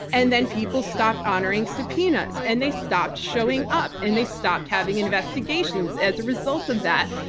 and then people stopped honoring subpoenas. and they stopped showing up. and they stopped having investigations as a result of that.